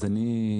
אז אני,